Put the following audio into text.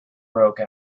broke